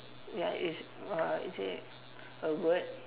ya it's uh it say a word